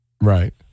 Right